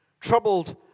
Troubled